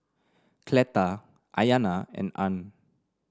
Cleta Ayana and Arne